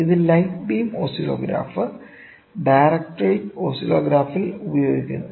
ഇത് light beam oscillograph directorate ഓസിലോഗ്രാഫിൽ ഉപയോഗിക്കുന്നു